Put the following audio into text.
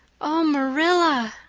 oh, marilla,